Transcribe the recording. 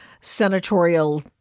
senatorial